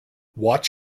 watch